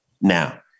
Now